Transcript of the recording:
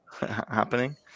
happening